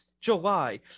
July